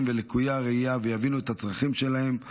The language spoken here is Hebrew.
ולקויי הראייה ויבינו את הצרכים שלהם,